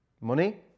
Money